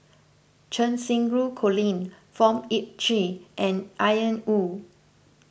Cheng Xinru Colin Fong Sip Chee and Ian Woo